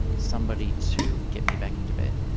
somebody to get me back into bed.